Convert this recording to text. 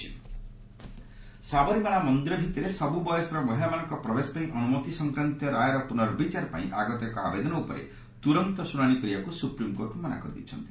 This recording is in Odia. ଏସ୍ସି ସବରିମାଳା ସବରିମାଳା ମନ୍ଦିର ଭିତରେ ସବୁ ବୟସର ମହିଳାମାନଙ୍କ ପ୍ରବେଶ ପାଇଁ ଅନୁମତି ସଂକ୍ରାନ୍ତୀୟ ରାୟର ପୁର୍ନବିଚାର ପାଇଁ ଆଗତ ଏକ ଆବେଦନ ଉପରେ ତୁରନ୍ତ ଶୁଣାଣି କରିବାକୁ ସୁପ୍ରିମକୋର୍ଟ ମନା କରିଦେଇଛନ୍ତି